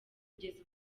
kugeza